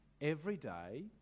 everyday